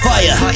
Fire